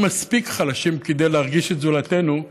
מספיק חלשים כדי להרגיש את זולתנו,